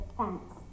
thanks